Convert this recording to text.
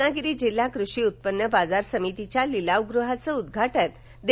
रत्नागिरी जिल्हा कृषी उत्पन्न बाजार समितीच्या लिलावगृहाचं उद्वाटन श्री